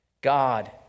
God